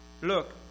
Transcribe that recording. look